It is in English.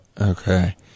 Okay